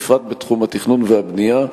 בפרט בתחום התכנון והבנייה,